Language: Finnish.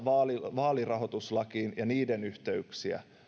vaalirahoituslakiin ja niiden yhteyksiä